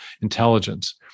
intelligence